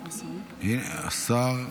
השר?